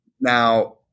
now